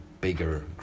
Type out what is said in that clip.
bigger